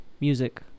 music